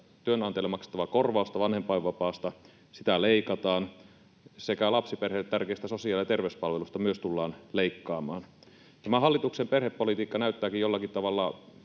työnantajalle maksettavaa korvausta vanhempainvapaasta leikataan sekä myös lapsiperheille tärkeistä sosiaali- ja terveyspalveluista tullaan leikkaamaan. Tämä hallituksen perhepolitiikka näyttääkin jollakin tavalla,